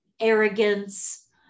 Arrogance